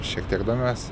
šiek tiek domiuosi